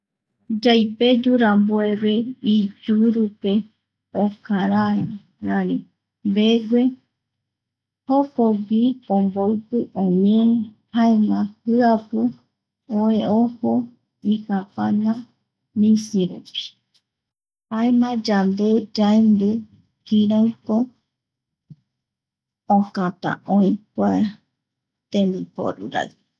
Yaipeyu rambueve iyurupe okarara rari begue. Yjokogui omboipi oñee jaema jiapu oe ojo ikapana misi rupi jaema yande yaendu kiraiko okätä oï kua tembiporurai